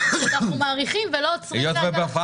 שאנחנו מאריכים ולא עוצרים --- היות שבפעם